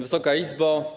Wysoka Izbo!